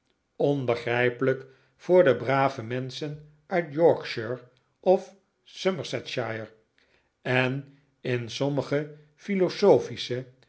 onbegrijpelijk voor de brave menschen in yorkshire of somersetshire en in sommige philosophische